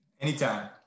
Anytime